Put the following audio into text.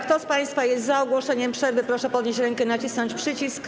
Kto z państwa jest za ogłoszeniem przerwy, proszę podnieść rękę i nacisnąć przycisk.